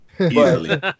Easily